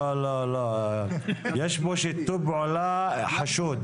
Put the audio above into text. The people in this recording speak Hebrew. לא, יש פה שיתוף פעולה חשוד.